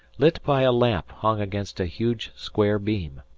lit by a lamp hung against a huge square beam.